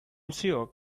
sure